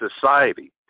Society